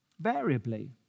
variably